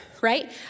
right